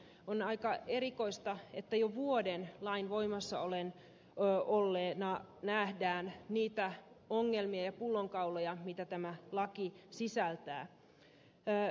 on aika erikoista että jo vuoden lain voimassa oltua nähdään niitä ongelmia ja pullonkauloja mitä tämä laki sisältää